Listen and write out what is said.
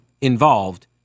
involved